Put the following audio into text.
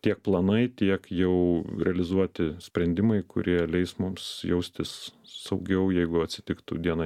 tiek planai tiek jau realizuoti sprendimai kurie leis mums jaustis saugiau jeigu atsitiktų diena